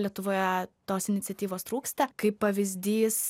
lietuvoje tos iniciatyvos trūksta kaip pavyzdys